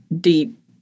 deep